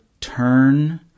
turn